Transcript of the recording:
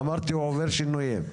אמרתי הוא עובר שינויים.